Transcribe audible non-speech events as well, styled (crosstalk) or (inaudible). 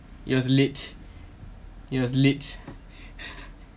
it was lit it was lit (laughs)